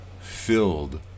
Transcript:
filled